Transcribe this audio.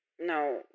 No